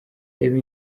reba